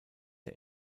der